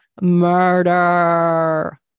murder